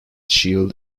shield